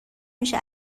میشه